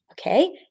Okay